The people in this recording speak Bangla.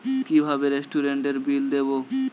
কিভাবে রেস্টুরেন্টের বিল দেবো?